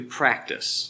practice